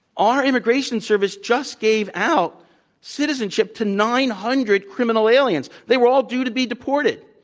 our immigration service just gave out citizenship to nine hundred criminal aliens. they were all due to be deported.